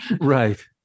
Right